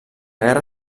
guerra